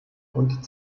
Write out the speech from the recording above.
und